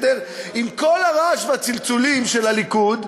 עם כל הרעש והצלצולים של הליכוד,